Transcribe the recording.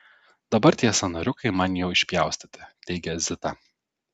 dabar tie sąnariukai man jau išpjaustyti teigia zita